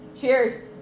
Cheers